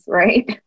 right